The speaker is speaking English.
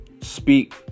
Speak